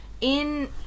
in-